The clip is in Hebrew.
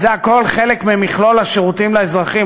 זה הכול חלק ממכלול השירותים לאזרחים.